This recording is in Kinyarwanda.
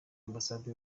ambasade